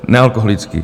Nealkoholické.